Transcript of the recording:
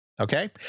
Okay